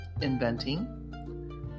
inventing